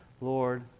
Lord